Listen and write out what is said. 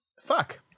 Fuck